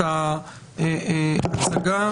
התשע"ח 2018 הסיפור כרגע הוא לא הקראה.